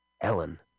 Ellen